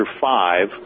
five